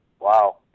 Wow